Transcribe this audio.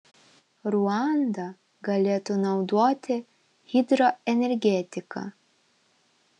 ruanda galėtų naudoti hidroenergetiką